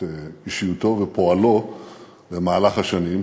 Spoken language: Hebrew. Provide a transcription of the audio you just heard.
את אישיותו ופועלו במהלך השנים,